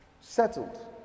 settled